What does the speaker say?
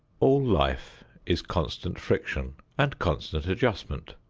all life is constant friction and constant adjustment,